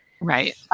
Right